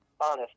honest